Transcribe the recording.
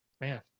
man